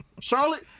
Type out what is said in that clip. Charlotte